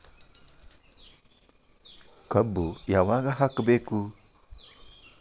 ಕಬ್ಬು ಯಾವಾಗ ಹಾಕಬೇಕು?